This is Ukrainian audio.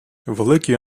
великі